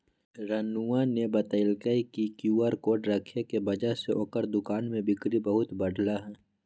रानूआ ने बतल कई कि क्यू आर कोड रखे के वजह से ओकरा दुकान में बिक्री बहुत बढ़ लय है